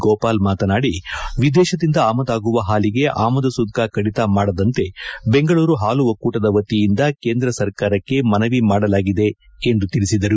ಗೋಪಾಲ್ ಮಾತನಾದಿ ವಿದೇಶದಿಂದ ಆಮದಾಗುವ ಹಾಲಿಗೆ ಆಮದು ಸುಂಕ ಕಡಿತ ಮಾಡದಂತೆ ಬೆಂಗಳೂರು ಹಾಲು ಒಕ್ಕೂಟದ ವತಿಯಿಂದ ಕೇಂದ್ರ ಸರ್ಕಾರಕ್ಕೆ ಮನವಿ ಮಾಡಲಾಗಿದೆ ಎಂದು ತಿಳಿಸಿದರು